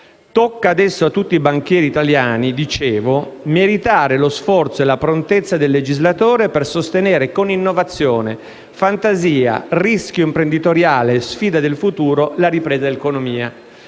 «tocca adesso a tutti i banchieri italiani meritare lo sforzo e la prontezza del legislatore, per sostenere, con innovazione e fantasia, rischio imprenditoriale e sfida del futuro, la ripresa dell'economia».